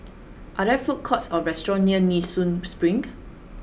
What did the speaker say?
are there food courts or restaurants near Nee Soon Spring